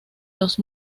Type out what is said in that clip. los